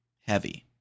heavy